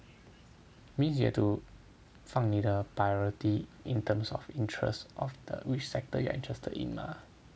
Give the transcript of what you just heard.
means you have to 放你的 priority in terms of interest of the which sector you are interested in lah